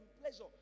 pleasure